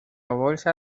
bolsa